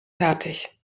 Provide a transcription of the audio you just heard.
fertig